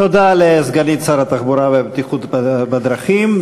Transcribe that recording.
תודה לסגנית שר התחבורה והבטיחות בדרכים.